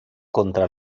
contra